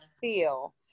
feel